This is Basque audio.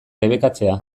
debekatzea